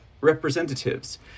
representatives